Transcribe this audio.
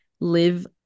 live